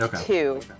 two